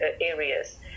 areas